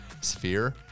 sphere